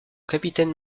capitaine